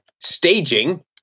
staging